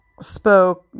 spoke